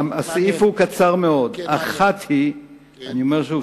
הסעיף הוא קצר מאוד, ואני מקריא.